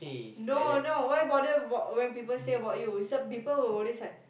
no no why bother about when people say about you people always like